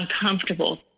uncomfortable